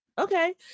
Okay